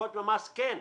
הטבות במס, כן.